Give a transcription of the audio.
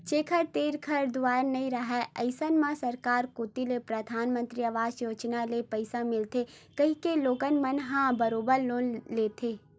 जेखर तीर घर दुवार नइ राहय अइसन म सरकार कोती ले परधानमंतरी अवास योजना ले पइसा मिलथे कहिके लोगन मन ह बरोबर लोन लेथे